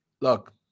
look